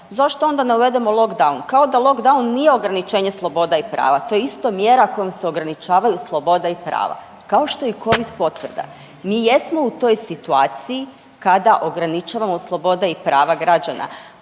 zašto onda ne uvedemo lockdown, kao da lockdown nije ograničenja sloboda i prava, to je isto mjera kojom se ograničavaju sloboda i prava, kao što je i Covid potvrda. Mi jesmo u toj situaciji kada ograničavamo sloboda i prava građana,